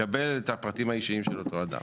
מקבל את הפרטים האישיים של אותו אדם.